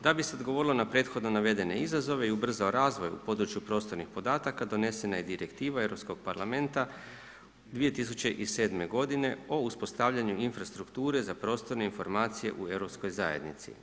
Da bi se odgovorilo na prethodno navedene izazove i ubrzao razvoj u području prostornih podataka donesena je direktiva Europskog Parlamenta 2007. godine o uspostavljanju infrastrukture za prostorne informacije u Europskoj zajednici.